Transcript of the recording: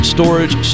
Storage